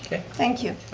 thank you.